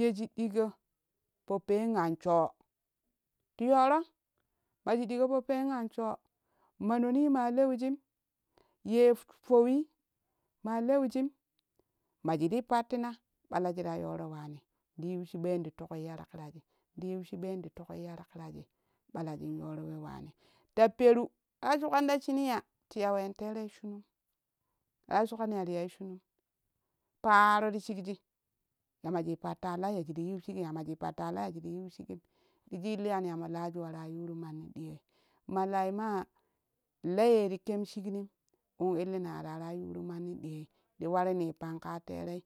Yeji ɗik’o po peen anshoo ti yooro maji ɗiƙo po peen anshoo na noni ma leujim yee fowii ma leujim majii ti pattinan ɓabiji ka yooro waani ti yiu shiɓo ti tukya ta mina ɓalaji yooro waani ta peru ta shuƙani ta shinee ya ti ya ween tere shinum ta shoƙani ya ti yai shinun paaro ti shikji ya maji pattara lai yaji ti yiu shigim ya maji patta lai yaji ti yiu shigim dijil kyani ya mo laaju waraa yuuru manni diyooi ma lai maa la ye ti kemshiknim wo illina ya la waraa yuuru manni ɗiyooi in warinii pang ka terei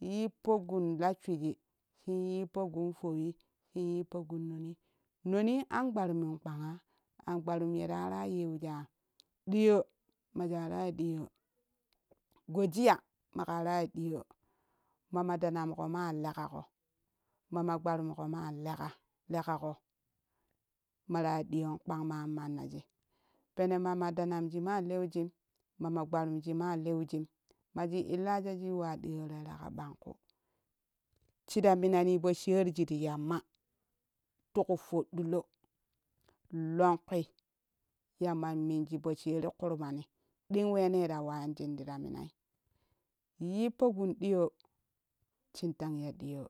yippo gun la shwiji shim yippo gun fowii shin yippo gun nonii, nonii an gbarumin kpangaa angbarum ye ta waraa yiujaa ɗiyo majaa te ya ɗiyoo goji ya maƙa ta ya ɗiyoo mama danamƙo ma leƙaƙo mama gbarumƙo maa leƙa leƙaƙo ma ta ya ɗiyoon kpang maan mannaji pene mama denamji ma leujim mama gbarumji ma leujim maji illaa shaji yuwaaɗiyoo tere ka ɓang ƙu shi ta minani poshaariji ti yamma ti ku foɗɗulo longkwi yamman minji po shaari kurmani ding weenee ta waanjin ta minai yippo gun ɗiyoo shim lang ya ɗiyoo.